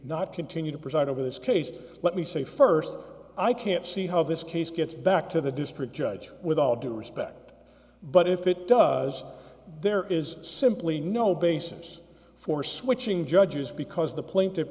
not continue to preside over this case let me say first i can't see how this case gets back to the district judge with all due respect but if it does there is simply no basis for switching judges because the pla